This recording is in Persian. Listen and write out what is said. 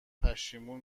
پشیمون